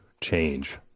change